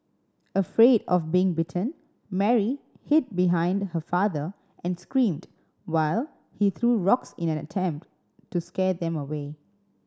afraid of being bitten Mary hid behind her father and screamed while he threw rocks in an attempt to scare them away